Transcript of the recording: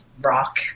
rock